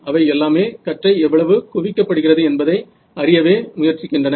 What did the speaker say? அவை எல்லாமே கற்றை எவ்வளவு குவிக்கப்படுகிறது என்பதை அறியவே முயற்சிக்கின்றன